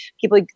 people